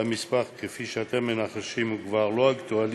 והמספר, כפי שאתם מנחשים, הוא כבר לא אקטואלי,